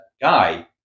guy